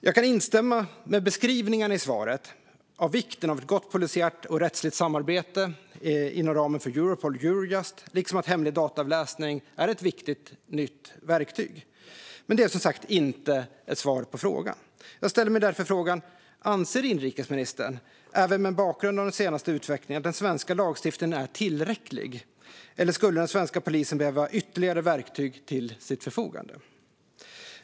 Jag kan instämma med beskrivningarna i svaret av vikten av ett gott polisiärt och rättsligt samarbete inom Europol och Eurojust liksom att hemlig dataavläsning är ett viktigt nytt verktyg. Men det är som sagt inte ett svar på frågan. Jag ställer mig därför frågan om inrikesministern anser, även mot bakgrund av den senaste utvecklingen, att den svenska lagstiftningen är tillräcklig, eller skulle den svenska polisen behöva ytterligare verktyg till sitt förfogande?